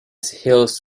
hills